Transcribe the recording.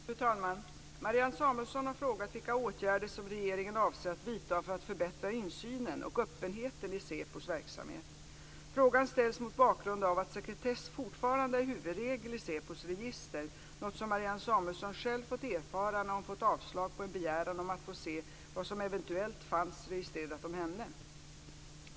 Fru talman! Marianne Samuelsson har frågat vilka åtgärder som regeringen avser att vidta för att förbättra insynen och öppenheten i SÄPO:s verksamhet. Frågan ställs mot bakgrund av att sekretess fortfarande är huvudregel i SÄPO:s register, något som Marianne Samuelsson själv fått erfara när hon fått avslag på en begäran om att få se vad som eventuellt fanns registrerat om henne.